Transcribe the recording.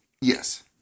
Yes